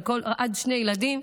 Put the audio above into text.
עד שני ילדים,